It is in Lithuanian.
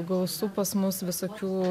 gausu pas mus visokių